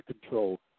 control